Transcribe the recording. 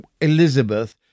Elizabeth